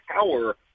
power